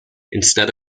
instead